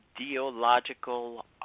ideological